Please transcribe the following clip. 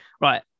right